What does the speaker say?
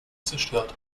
zerstört